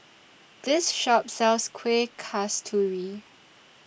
This Shop sells Kuih Kasturi